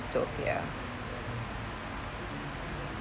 zootopia